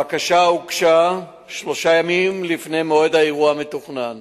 הבקשה הוגשה שלושה ימים לפני מועד האירוע המתוכנן